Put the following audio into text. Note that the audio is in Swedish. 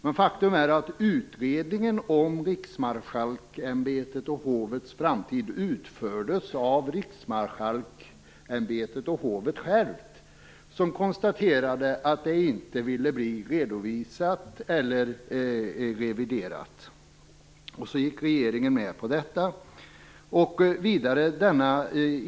Men faktum är att utredningen om Riksmarskalkämbetets och hovets framtid utfördes av dem själva! De konstaterade att hovstaten inte ville bli redovisad eller reviderad. Regeringen gick med på detta.